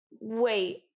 Wait